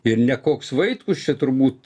ir ne koks vaitkus čia turbūt